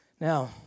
Now